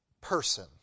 person